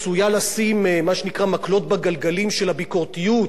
מקלות בגלגלים של הביקורתיות ושל החופש,